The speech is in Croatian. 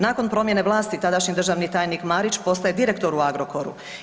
Nakon promjene vlasi tadašnji državni tajnik Marić postaje direktor u Agrokoru.